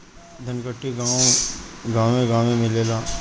धनकुट्टी गांवे गांवे मिलेला